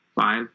five